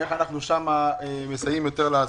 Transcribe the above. איך אנחנו שם מסייעים יותר לעסקים.